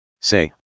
Say